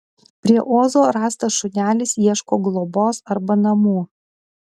prie ozo rastas šunelis ieško globos arba namų